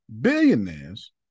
billionaires